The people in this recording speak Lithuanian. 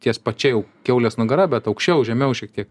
ties pačia jau kiaulės nugara bet aukščiau žemiau šiek tiek